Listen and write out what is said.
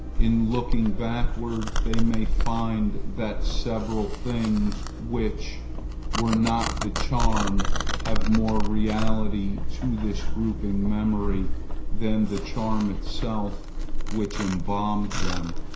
in looking backward they may find that several things which were not the charm have more reality to this groping memory than the charm itself which embalmed them.